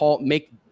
make